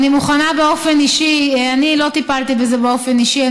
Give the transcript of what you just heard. אני לא טיפלתי בזה באופן אישי.